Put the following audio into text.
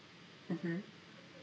mmhmm